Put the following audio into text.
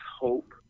hope